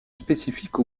spécifique